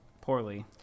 poorly